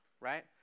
right